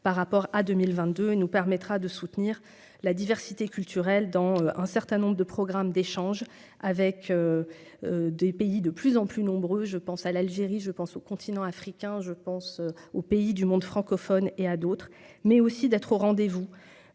par rapport à 2000 22 et nous permettra de soutenir la diversité culturelle dans un certain nombre de programmes d'échange avec des pays de plus en plus nombreux, je pense à l'Algérie, je pense au continent africain, je pense au pays du monde francophone et à d'autres, mais aussi d'être au rendez-vous